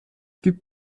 gibt